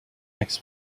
makes